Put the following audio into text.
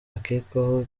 akekwaho